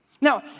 Now